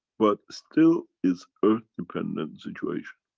but still is earth dependent situation.